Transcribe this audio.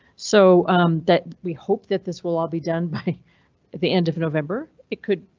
so that we hope that this will all be done by the end of november. it could.